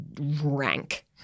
rank